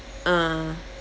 ah